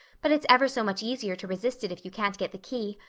but it's ever so much easier to resist it if you can't get the key.